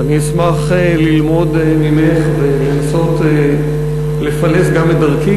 ואני אשמח ללמוד ממך ולנסות לפלס גם את דרכי,